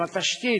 הם התשתית,